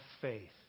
faith